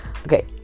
Okay